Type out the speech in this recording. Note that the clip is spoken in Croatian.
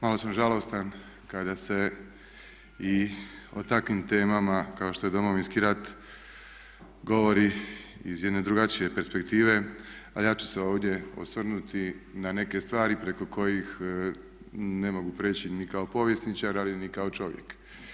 Malo sam žalostan kada se i o takvim temama kao što je Domovinski rat govori iz jedne drugačije perspektive ali ja ću se ovdje osvrnuti na neke stvari preko kojih ne mogu prijeći ni kao povjesničar ali ni kako čovjek.